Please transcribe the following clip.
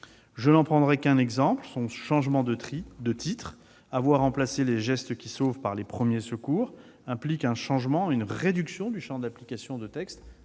Je ne prendrai qu'un exemple : son changement de titre. Avoir remplacé les « gestes qui sauvent » par « les premiers secours » implique un changement et une réduction assez importante du champ d'application du texte.